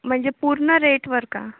म्हणजे पूर्ण रेटवर का